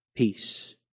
peace